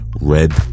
Red